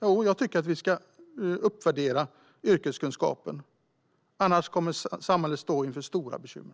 Jo, jag tycker att vi ska uppvärdera yrkeskunskapen, för annars kommer samhället att stå inför stora bekymmer.